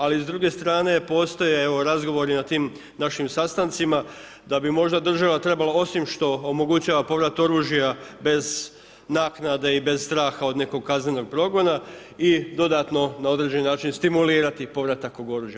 Ali s druge strane postoje evo razgovori na tim našim sastancima da bi možda država trebala osim što omogućava povrat oružja bez naknade i bez straha od nekog kaznenog progona i dodatno na određeni način stimulirati povratak tog oružja.